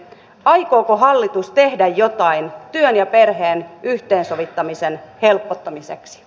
aikooko hallitus tehdä jotain työn ja perheen yhteensovittamisen helpottamiseksi